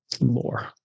Lore